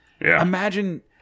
imagine